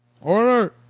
Order